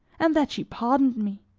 and that she pardoned me.